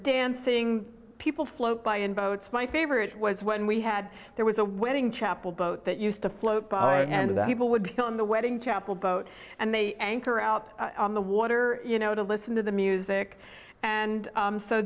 dancing people float by in boats my favorite was when we had there was a wedding chapel boat that used to float by and that people would go on the wedding chapel boat and they anchor out on the water you know to listen to the music and